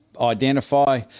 identify